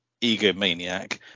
egomaniac